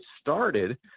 started